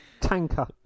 tanker